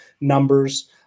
numbers